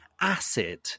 acid